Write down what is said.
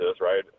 right